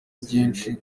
byinshi